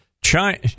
china